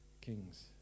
kings